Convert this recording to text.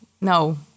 no